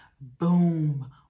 boom